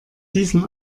diesen